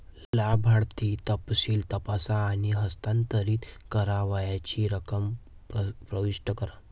लाभार्थी तपशील तपासा आणि हस्तांतरित करावयाची रक्कम प्रविष्ट करा